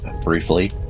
briefly